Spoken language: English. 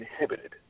inhibited